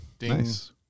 nice